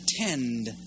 attend